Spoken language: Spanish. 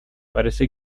parece